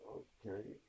okay